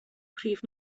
prif